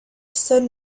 stood